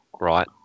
right